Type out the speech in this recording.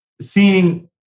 seeing